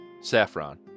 Saffron